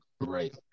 right